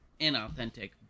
inauthentic